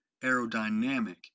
Aerodynamic